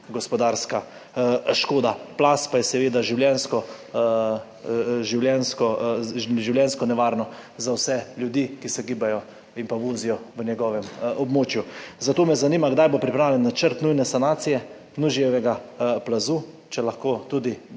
gospodarska škoda. Plaz pa je seveda življenjsko nevaren za vse ljudi, ki se gibajo in vozijo v njegovem območju. Zato me zanima: Kdaj bo pripravljen načrt nujne sanacije Nužijevega plazu? Prosim, če lahko tudi